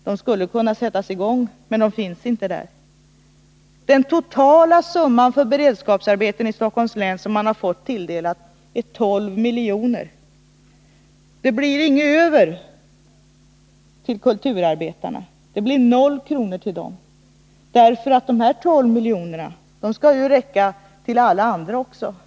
De skulle kunna sättas i gång med detsamma, men pengarna finns inte. Den totala summa för beredskapsarbeten som man har fått sig tilldelad i Stockholms län är 12 milj.kr., och då blir det inget över till kulturarbetarna. Det blir noll kronor till dem, därför att de 12 miljonerna skall räcka till alla andra.